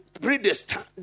predestined